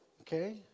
Okay